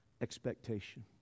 expectation